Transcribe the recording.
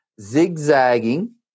zigzagging